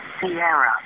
Sierra